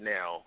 Now